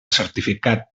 certificat